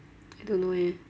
I don't know eh